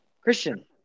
Christian